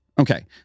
Okay